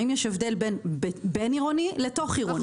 האם יש הבדל בין בין-עירוני לתוך-עירוני?